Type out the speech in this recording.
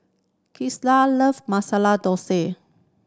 love Masala